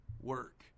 work